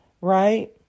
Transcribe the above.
Right